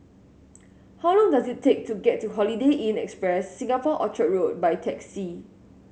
how long does it take to get to Holiday Inn Express Singapore Orchard Road by taxi